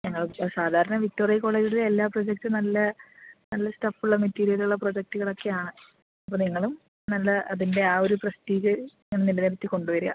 ഞങ്ങൾ ഇപ്പോൾ സാധാരണ വിക്ടോറിയ കോളേജിൽ എല്ലാ പ്രൊജക്ടും നല്ല നല്ല സ്റ്റഫുള്ള മെറ്റീരിയലുള്ള പ്രൊജക്ടുകൾ ഒക്കെയാണ് അപ്പോൾ നിങ്ങളും നല്ല അതിൻ്റെ ആ ഒരു പ്രസ്റ്റീജ് നിലനിർത്തിക്കൊണ്ടു വരിക